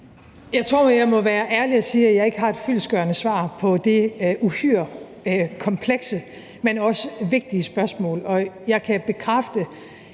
Jeg tror, jeg må være ærlig og sige, at jeg ikke har et fyldestgørende svar på det uhyre komplekse, men også vigtige spørgsmål. Jeg må jo indrømme,